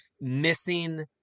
missing